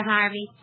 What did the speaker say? Harvey